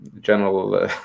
general